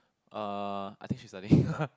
uh I think she's studying